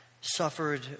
suffered